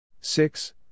Six